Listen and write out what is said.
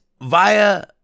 via